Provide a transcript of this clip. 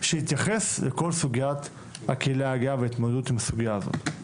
שיתייחס לכל סוגיית הקהילה הגאה וההתמודדות עם הסוגייה הזאת.